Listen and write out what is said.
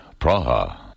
Praha